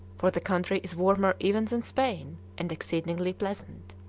for the country is warmer even than spain and exceedingly pleasant.